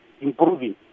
improving